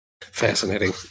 Fascinating